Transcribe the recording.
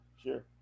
Sure